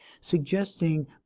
suggesting